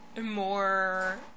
more